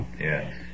Yes